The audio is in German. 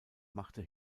machte